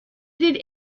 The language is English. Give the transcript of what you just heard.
did